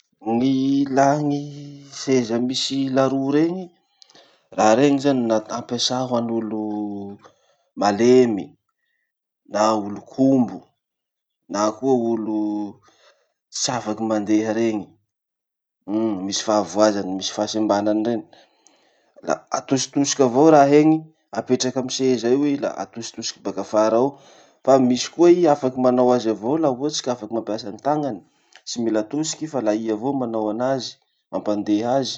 Gny ilà gny seza misy laroue reny. Raha reny zany na- ampiasà hoan'olo malemy na olo kombo, na koa olo tsy afaky mandeha reny. Misy fahavoazany misy fahasembanany reny. La atositosiky avao raha iny, apetraky amy seza io la atositosiky baka afara ao. Fa misy koa i afaky manao azy avao laha ohatsy ka afaky mampiasa ny tagnany, tsy mila atosiky i fa la avao manao anazy, mampandeha azy.